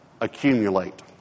Accumulate